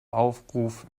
aufruf